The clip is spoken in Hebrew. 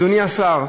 אדוני השר,